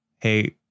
hey